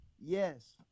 Yes